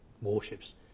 warships